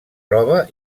roba